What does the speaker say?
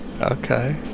okay